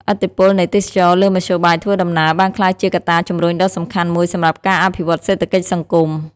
ឥទ្ធិពលនៃទេសចរណ៍លើមធ្យោបាយធ្វើដំណើរបានក្លាយជាកត្តាជំរុញដ៏សំខាន់មួយសម្រាប់ការអភិវឌ្ឍសេដ្ឋកិច្ចសង្គម។